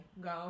go